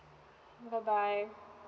bye bye